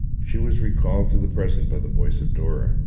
she was recalled to the present by the voice of dora,